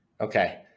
Okay